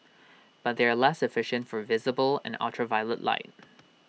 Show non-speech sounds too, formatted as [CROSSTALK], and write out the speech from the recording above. but they are less efficient for visible and ultraviolet light [NOISE]